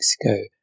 Mexico